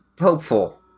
hopeful